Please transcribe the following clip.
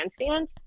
handstand